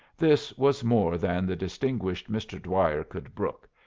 this was more than the distinguished mr. dwyer could brook,